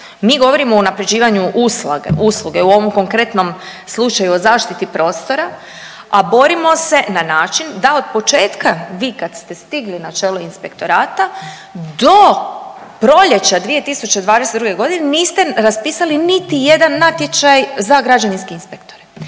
Mi govorimo o unapređivanju usluge u ovom konkretnom slučaju o zaštiti prostora, a borimo se na način da od početka vi kad ste stigli na čelo Inspektorata do proljeća 2022. godine niste raspisali niti jedan natječaj za građevinske inspektore.